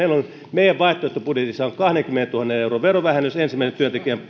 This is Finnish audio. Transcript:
meidän vaihtoehtobudjetissamme on kahdenkymmenentuhannen euron maksuvähennys ensimmäisen työntekijän